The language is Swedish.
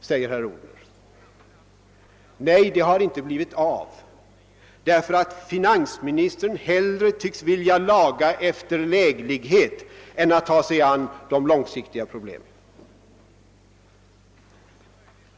Nej, det har inte blivit av därför att finansministern hellre tycks vilja laga efter läglighet än ta sig an de långsiktiga problemen.